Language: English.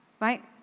Right